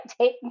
take